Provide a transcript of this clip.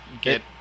get